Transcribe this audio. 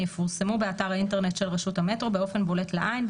יפורסמו באתר האינטרנט של רשות המטרו באופן בולט לעין,